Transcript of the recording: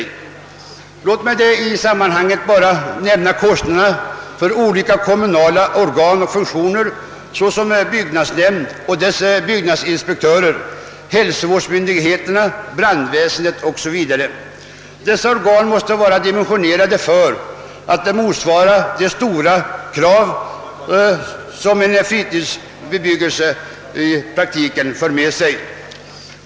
Jag nämner endast kostnaderna för olika kommunala organ och funktioner såsom byggnadsnämnd med byggnadsinspektörer, hälsovårdsmyndigheter och brandväsende. Dessa organ måste vara dimensionerade för att motsvara de stora krav en fritidsbebyggelse för med sig.